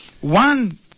One